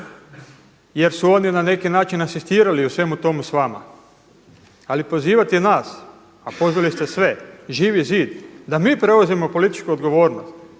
jer su oni na neki način asistirali u svemu tomu s vama. Ali pozivati nas, a pozvali ste sve Živi zid da mi preuzmemo političku odgovornost